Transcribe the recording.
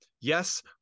Yes